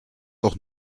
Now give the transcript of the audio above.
doch